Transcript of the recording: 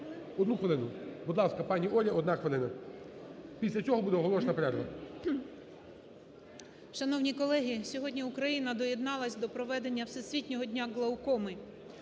Одну хвилину. Будь ласка, пані Оля, одна хвилина. Після цього буде оголошена перерва. 12:12:33 БОГОМОЛЕЦЬ О.В. Шановні колеги, сьогодні Україна доєдналась до проведення Всесвітнього дня глаукоми.